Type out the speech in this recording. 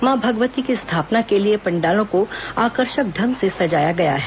मां भगवती की स्थापना के लिए पंडालों को आकर्षक ढंग से सजाया गया है